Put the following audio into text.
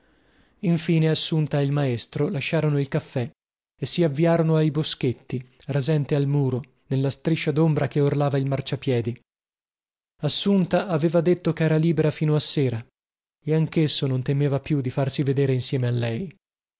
infine assunta e il maestro lasciarono il caffè e si avviarono ai boschetti rasente al muro nella striscia dombra che orlava il marciapiedi assunta aveva detto chera libera fino a sera e anchesso non temeva più di farsi vedere insieme a lei